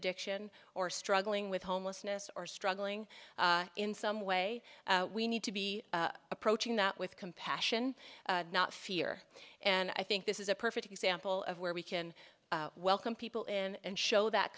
addiction or struggling with homelessness or struggling in some way we need to be approaching that with compassion not fear and i think this is a perfect example of where we can welcome people in and show that